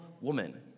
woman